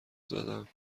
زدم